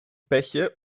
petje